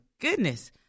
goodness